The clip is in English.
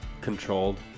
controlled